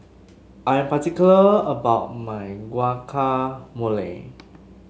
I'm particular about my Guacamole